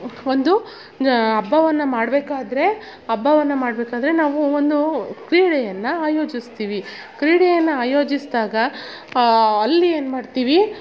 ಒಂದು ಹಬ್ಬವನ್ನ ಮಾಡಬೇಕಾದ್ರೆ ಹಬ್ಬವನ್ನ ಮಾಡಬೇಕಾದ್ರೆ ನಾವು ಒಂದು ಕ್ರೀಡೆಯನ್ನು ಆಯೋಜಿಸ್ತೀವಿ ಕ್ರೀಡೆಯನ್ನು ಆಯೋಜಿಸಿದಾಗ ಅಲ್ಲಿ ಏನ್ಮಾಡ್ತೀವಿ